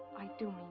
i do